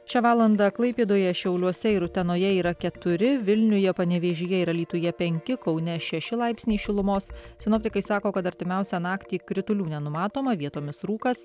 šią valandą klaipėdoje šiauliuose ir utenoje yra keturi vilniuje panevėžyje ir alytuje penki kaune šeši laipsniai šilumos sinoptikai sako kad artimiausią naktį kritulių nenumatoma vietomis rūkas